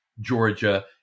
Georgia